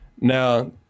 Now